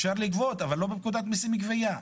אפשר לגבות, אבל לא בפקודת מיסים (גבייה).